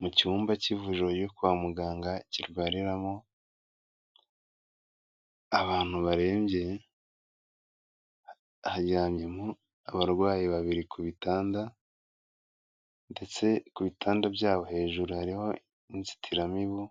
Mu cyumba cy'ivuriro ryo kwa muganga kirwawaniriramo abantu barembye, haryamye abarwayi babiri ku bitanda, ndetse ku bitanda byabo hejuru hariho inzitiramibu